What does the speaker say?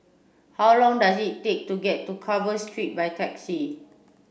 how long does it take to get to Carver Street by taxi